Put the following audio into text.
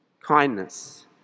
Kindness